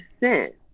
percent